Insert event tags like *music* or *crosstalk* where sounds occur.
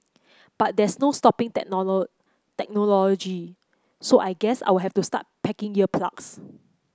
but there's no stopping *unintelligible* technology so I guess I'll have to start packing ear plugs